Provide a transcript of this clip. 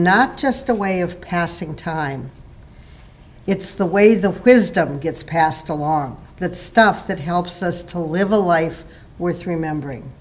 not just a way of passing time it's the way the wisdom gets passed along that stuff that helps us to live a life worth remembering